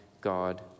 God